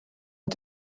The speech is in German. und